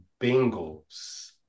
Bengals